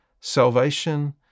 Salvation